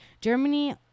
germany